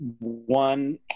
one